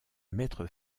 mettre